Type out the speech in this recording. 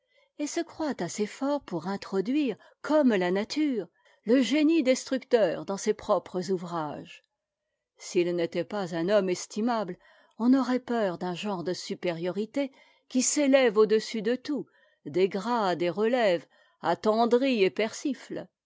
et se croit assez fort pour introduire comme la nature le génie destructeur dans ses propres ouvrages s'il n'était pas un homme estimable on aurait peur d'un genre de supériorité qui s'é ève au-dessus de tout dégrade et relève attendrit et